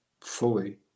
fully